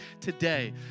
today